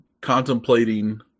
contemplating